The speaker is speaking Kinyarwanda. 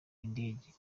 indege